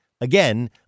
again